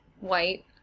white